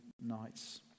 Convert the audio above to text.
nights